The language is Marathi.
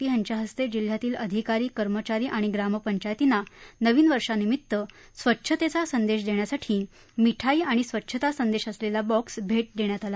पी यांच्या हस्ते जिल्ह्यातील अधिकारी कर्मचारी आणि ग्रामपंचायतींना नवीन वर्षांनिमित्त स्वच्छतेचा संदेश देण्यासाठी मिठाई आणि स्वच्छता संदेश असलेला बॉक्स भेट देण्यात आला